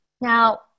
Now